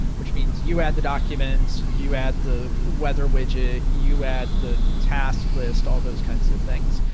which means you add the documents, you add the weather widget, you add the task list, all those kinds of things.